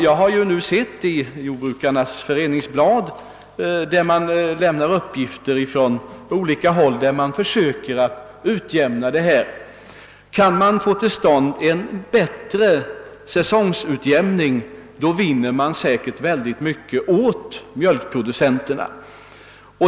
Jag har sett uppgifter i Jordbrukarnas Föreningsblad om att man på olika håll försöker utjämna variationerna. Kan man få till stånd en bättre säsongutjämning vinner man säkert mycket åt mjölkproducenterna.